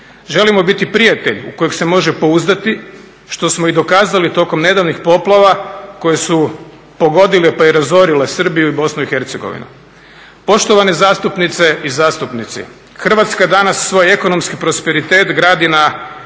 Želimo biti prijatelj u kojeg se može pouzdati, što smo i dokazali tokom nedavnih poplava koje su pogodile pa i razorile Srbiju i Bosnu i Hercegovinu. Poštovane zastupnice i zastupnici, Hrvatska danas svoj ekonomski prosperitet gradi na